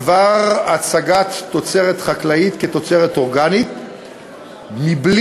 בדבר הצגת תוצרת חקלאית כתוצרת אורגנית מבלי